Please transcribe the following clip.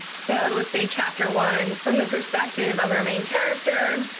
so say chapter one, from the perspective of our main character,